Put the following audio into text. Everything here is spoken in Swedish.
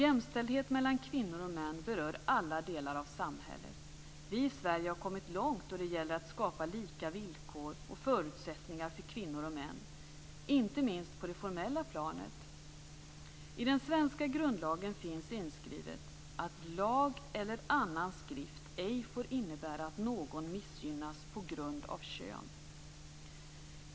Jämställdheten mellan kvinnor och män berör alla delar av samhället. Vi i Sverige har kommit långt då det gäller att skapa lika villkor och förutsättningar för kvinnor och män, inte minst på det formella planet. I den svenska grundlagen finns inskrivet att "lag eller annan skrift ej får innebära att någon missgynnas på grund av kön."